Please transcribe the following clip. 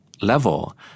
level